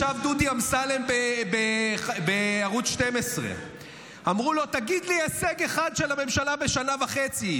ישב דודי אמסלם בערוץ 12. אמרו לו: תן לי הישג אחד של הממשלה בשנה וחצי.